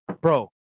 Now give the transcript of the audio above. bro